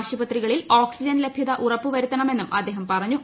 ആശൂപത്രികളിൽ oxygen ലഭ്യത ഉറപ്പുവരുത്തണമെന്നും അദ്ദേഹം പറഞ്ഞു